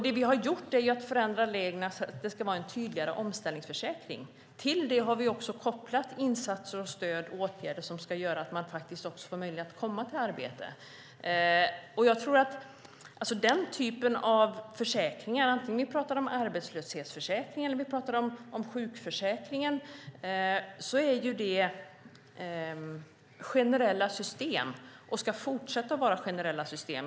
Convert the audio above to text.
Det vi har gjort är att förändra reglerna så att det ska vara en tydligare omställningsförsäkring. Till det har vi kopplat insatser och stöd, åtgärder som ska göra att man får möjlighet att komma i arbete. Den typen av försäkringar - oavsett om vi pratar om arbetslöshetsförsäkringar eller sjukförsäkringen - är generella system och ska fortsätta att vara generella system.